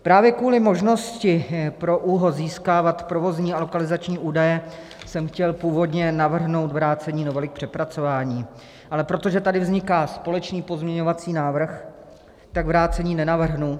Právě kvůli možnosti pro ÚOHS získávat provozní a lokalizační údaje jsem chtěl původně navrhnout vrácení novely k přepracování, ale protože tady vzniká společný pozměňovací návrh, tak vrácení nenavrhnu.